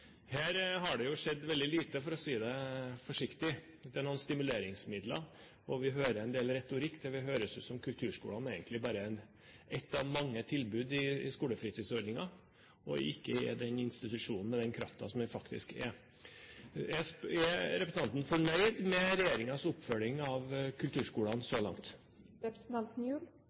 Her har det jo skjedd veldig lite, for å si det forsiktig. Det er kommet noen stimuleringsmidler, og vi hører en del retorikk; det høres ut som om kulturskolene bare er ett av mange tilbud i skolefritidsordningen, og ikke en institusjonen med den kraften som den faktisk har. Er representanten fornøyd med regjeringens oppfølging av kulturskolene så